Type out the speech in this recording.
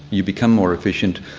you become more efficient,